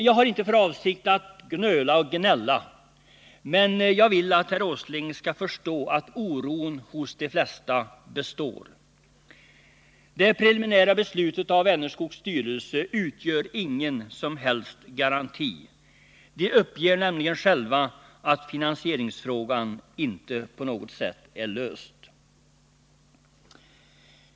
Jag har inte för avsikt att gnöla och gnälla, men jag vill att herr Åsling skall förstå att oron hos de flesta består. Det preliminära beslutet av Vänerskogs styrelse utgör ingen som helst garanti. Styrelsen uppger nämligen själv att finansieringsfrågan inte på något sätt är löst.